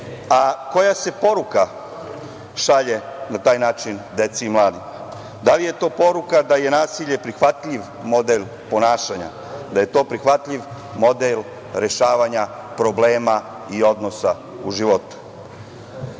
a koja se poruka šalje na taj način deci i mladima? Da li je to poruka da je nasilje prihvatljiv model ponašanja, da je to prihvatljiv model rešavanja problema i odnosa u životu? Ne